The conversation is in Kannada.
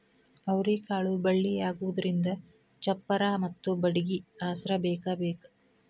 ಅವ್ರಿಕಾಳು ಬಳ್ಳಿಯಾಗುದ್ರಿಂದ ಚಪ್ಪರಾ ಮತ್ತ ಬಡ್ಗಿ ಆಸ್ರಾ ಬೇಕಬೇಕ